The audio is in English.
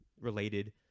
related